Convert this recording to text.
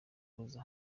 kuza